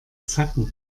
zacken